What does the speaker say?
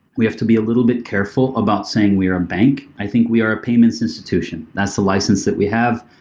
we have to be a little bit careful about saying we are and bank. i think we are a payments institution. that's a license that we have.